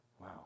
wow